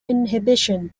inhibition